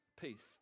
Peace